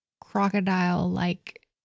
crocodile-like